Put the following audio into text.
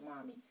mommy